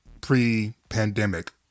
pre-pandemic